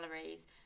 calories